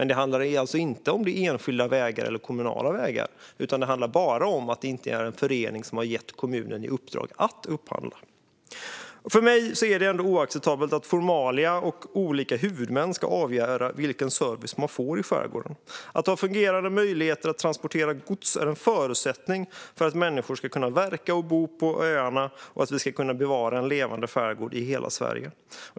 Det handlar alltså inte om ifall det är enskilda eller kommunala vägar, utan det handlar bara om att det inte är en förening som har gett kommunen i uppdrag att upphandla. För mig är det oacceptabelt att formalia och olika huvudmän ska avgöra vilken service man får i skärgården. Att ha fungerande möjligheter att transportera gods är en förutsättning för att människor ska kunna verka och bo på öarna och för att vi ska kunna bevara levande skärgårdar i hela Sverige.